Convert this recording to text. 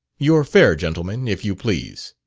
your fare, gentlemen, if you please.